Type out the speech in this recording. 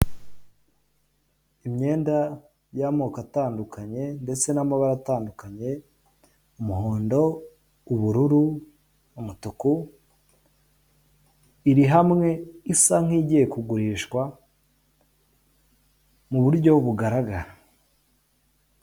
Imyenda y'amoko atandukanye ndetse n'amabara atandukanye, umuhondo, ubururu, umutuku, iri hamwe isa nk'igiye kugurishwa mu buryo bugaragara.